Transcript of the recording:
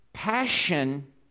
Passion